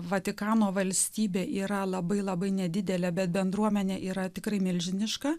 vatikano valstybė yra labai labai nedidelė bendruomenė yra tikrai milžiniška